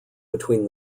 between